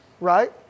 right